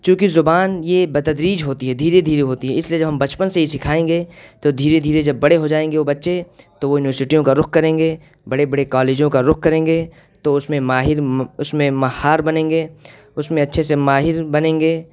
چونکہ زبان یہ بتدریج ہوتی ہے دھیرے دھیرے ہوتی ہے اس لیے جب ہم بچپن سے ہی سکھائیں گے تو دھیرے دھیرے جب بڑے ہو جائیں گے وہ بچے تو وہ یونیورسٹیوں کا رخ کریں گے بڑے بڑے کالجوں کا رخ کریں گے تو اس میں ماہر اس میں ماہر بنیں گے اس میں اچھے سے ماہر بنیں گے